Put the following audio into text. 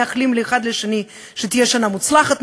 מאחלים אחד לשני שתהיה שנה מוצלחת,